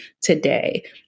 today